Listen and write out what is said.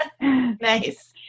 Nice